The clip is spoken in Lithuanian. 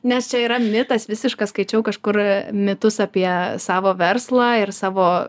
nes čia yra mitas visiškas skaičiau kažkur mitus apie savo verslą ir savo